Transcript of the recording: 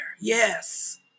Yes